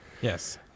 Yes